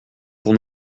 pour